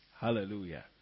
Hallelujah